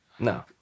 No